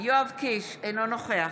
אינו נוכח